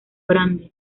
grande